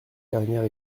dernière